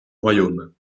royaume